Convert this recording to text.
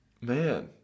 Man